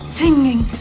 singing